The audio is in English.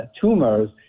tumors